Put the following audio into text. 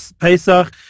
Pesach